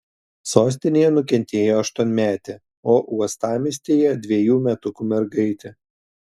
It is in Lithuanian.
sostinėje nukentėjo aštuonmetė o uostamiestyje dvejų metukų mergaitė